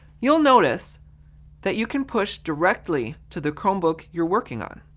you'll notice that you can push directly to the chromebook you're working on.